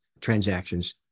transactions